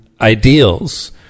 ideals